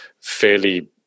fairly